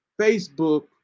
Facebook